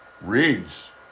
reads